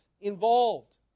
involved